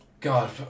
God